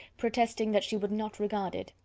protesting that she would not regard it,